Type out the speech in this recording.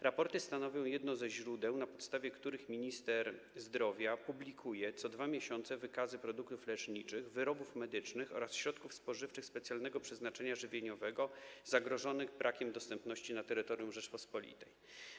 Raporty stanowią jedno ze źródeł, na podstawie których minister zdrowia publikuje co 2 miesiące wykazy produktów leczniczych, wyrobów medycznych oraz środków spożywczych specjalnego przeznaczenia żywieniowego zagrożonych brakiem dostępności na terytorium Rzeczypospolitej.